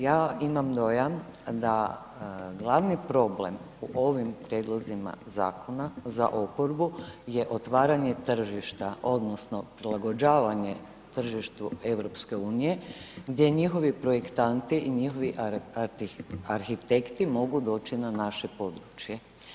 Ja imam dojam da glavni problem u ovim prijedlozima zakona za oporbu je otvaranje tržišta odnosno prilagođavanje tržištu EU, gdje njihovi projektanti i njihovi arhitekti mogu doći na naše područje.